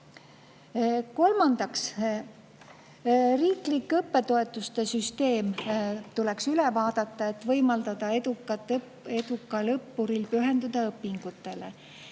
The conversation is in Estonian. Kolmandaks, riiklike õppetoetuste süsteem tuleks üle vaadata, et võimaldada edukal õppuril pühenduda õpingutele.